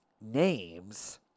names